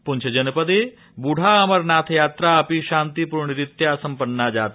पूंछ जनपदे ब्रूढा अमरनाथयात्रा अपि शान्तिपूर्णरीत्या सम्पन्ना जाता